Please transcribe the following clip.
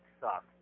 sucks